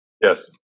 Yes